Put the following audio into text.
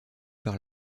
par